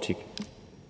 Kl.